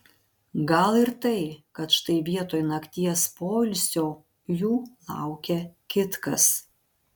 gal ir tai kad štai vietoj nakties poilsio jų laukia kitkas